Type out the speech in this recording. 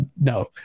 no